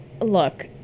Look